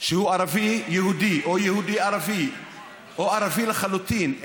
שהוא ערבי-יהודי או יהודי-ערבי או ערבי לחלוטין,